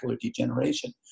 degeneration